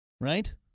Right